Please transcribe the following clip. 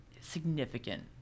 significant